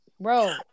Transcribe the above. bro